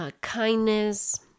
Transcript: kindness